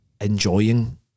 enjoying